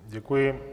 Děkuji.